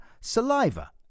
saliva